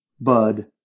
Bud